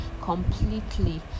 completely